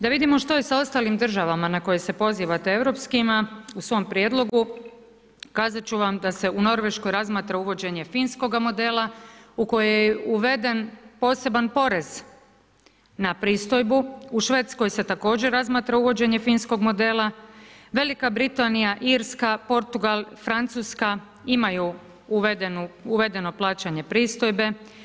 Da vidimo što je s ostalim državama na koji se pozivate, europskima u svom prijedlogu, kazati ću vam da se u Norveškoj razmatra uvođenje finskoga modela u koje je uveden poseban porez na pristojbu, u Švedskoj se također razmatra uvođenje finskog modela, Velika Britanija, Irska, Portugal, Francuska, imaju uvedeno plaćanje pristojbe.